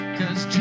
cause